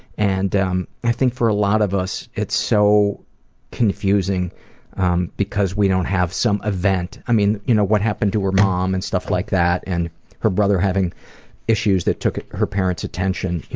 and um i think for a lot of us it's so confusing um because we don't have some event. i mean, you know what happened to her mom and stuff like that, and her brother having issues that took her parents' attention,